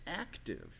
active